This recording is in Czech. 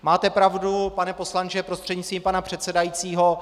Máte pravdu, pane poslanče prostřednictvím pana předsedajícího.